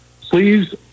please